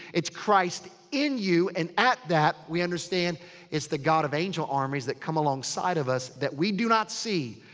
it's christ in you. and at that we understand it's the god of angel armies that come alongside of us that we do not see.